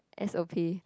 S_O_P